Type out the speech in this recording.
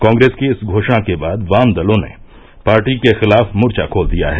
कांग्रेस की इस घोषणा के बाद वाम दलों ने पार्टी के खिलाफ मोर्चा खोल दिया है